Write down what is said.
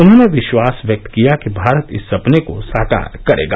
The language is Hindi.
उन्होंने विश्वास व्यक्त किया कि भारत इस सपने को साकार करेगा